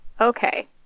okay